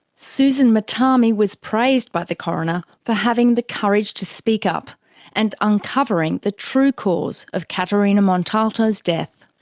susan mutami was praised by the coroner for having the courage to speak up and uncovering the true cause of caterina montalto's death.